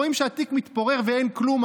רואים שהתיק מתפורר ואין הרי כלום,